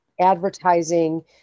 advertising